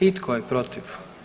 I tko je protiv?